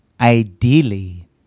ideally